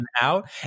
out